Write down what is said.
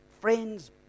friends